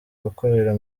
gukorera